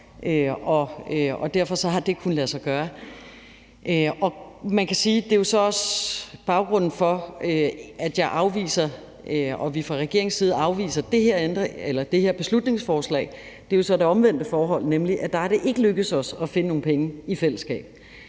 og derfor har det kunnet lade sig gøre. Man kan sige, at det jo så også er baggrunden for, at jeg og at vi fra regeringens side afviser det her beslutningsforslag. Det er jo så det omvendte forhold, nemlig at der er det ikke lykkedes os at finde nogle penge i fællesskab.